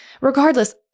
Regardless